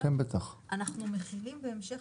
אנחנו מביאים בהמשך